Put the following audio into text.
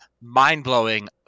mind-blowing